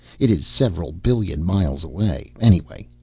it is several billion miles away, anyway.